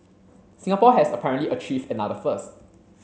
Singapore has apparently achieved another first